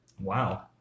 wow